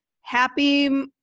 happy